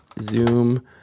Zoom